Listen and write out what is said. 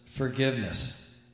forgiveness